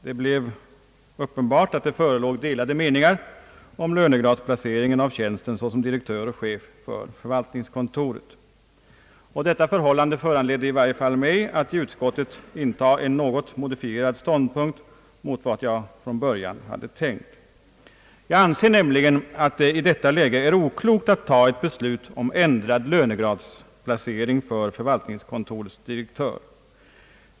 Det blev uppenbart att det förelåg delade meningar om lönegradsplaceringen av tjänsten såsom direktör och chef för förvaltningskontoret. Detta förhållande föranledde i varje fall mig att i utskottet inta en något modifierad ståndpunkt mot vad jag från början hade tänkt mig. Jag anser nämligen att det i detta läge är oklokt att ta ett beslut om ändrad lönegradsplacering för förvaltningskontorets direktör.